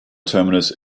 terminus